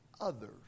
others